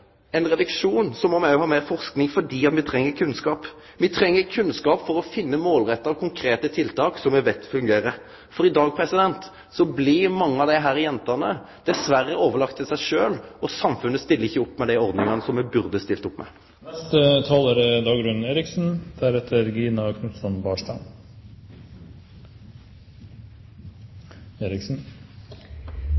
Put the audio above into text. må me òg ha meir forsking, fordi me treng kunnskap. Me treng kunnskap for å finne målretta, konkrete tiltak som me veit fungerer, for i dag blir mange av desse jentene dessverre overlatne til seg sjølve – samfunnet stiller ikkje opp med dei ordningane som me burde stilt opp med. Forslagene som Stortinget diskuterer i dag, hører vi at det er